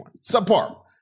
subpar